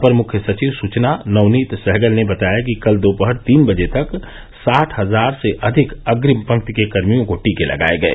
अपर मुख्य सचिव सुचना नवनीत सहगल ने बताया कि कल दोपहर तीन बजे तक साठ हजार से अधिक अग्रिम पंक्ति के कर्मियों को टीके लगाए गये